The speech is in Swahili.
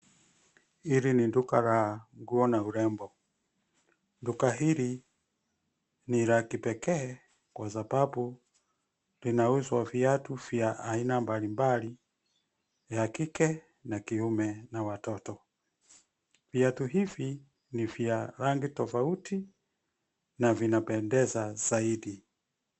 Hili ni duka la nguo na urembo. Duka hili ni la kipekee kwasababu linauzwa viatu vya aina mbalimbali ya kike na kiume na watoto. Viatu hivi ni vya rangi tofauti na vinapendeza zaidi.